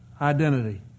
identity